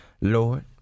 Lord